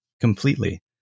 completely